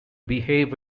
behave